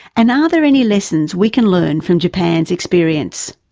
and are there any lessons we can learn from japan's experience?